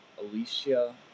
Alicia